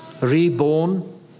reborn